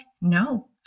No